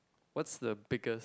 what's the biggest